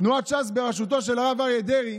תנועת ש"ס בראשותו של הרב אריה דרעי